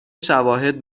شواهد